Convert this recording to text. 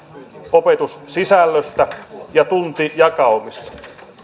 opetussisällöstä ja tuntijakaumista